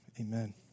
amen